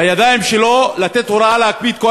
בידיים שלו לתת הוראה להקפיא את כל